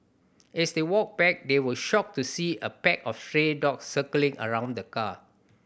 as they walked back they were shocked to see a pack of stray dogs circling around the car